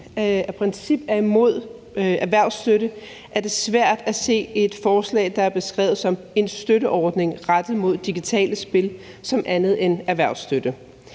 af princip er imod erhvervsstøtte, er det svært at se et forslag, der er beskrevet som en støtteordning rettet mod digitale spil som andet end erhvervsstøtte